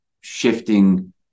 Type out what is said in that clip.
shifting